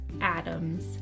Adams